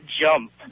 jump